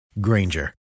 Granger